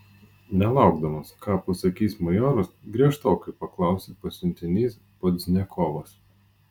nelaukdamas ką pasakys majoras griežtokai paklausė pasiuntinys pozdniakovas